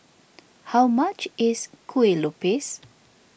how much is Kueh Lopes